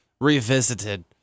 revisited